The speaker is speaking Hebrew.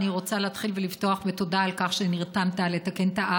אני רוצה להתחיל ולפתוח בתודה על כך שנרתמת לתקן